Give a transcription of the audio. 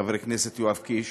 חבר הכנסת יואב קיש,